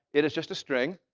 it is just a string.